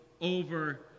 over